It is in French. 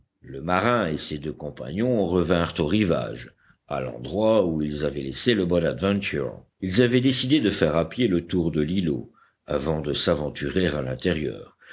le marin et ses deux compagnons revinrent au rivage à l'endroit où ils avaient laissé le bonadventure ils avaient décidé de faire à pied le tour de l'îlot avant de s'aventurer à l'intérieur